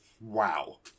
Wow